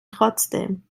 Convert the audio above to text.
trotzdem